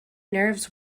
nerves